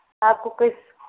आपको किस